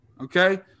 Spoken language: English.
Okay